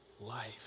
life